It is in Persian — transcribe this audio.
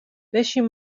بشین